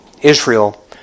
Israel